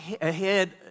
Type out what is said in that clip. ahead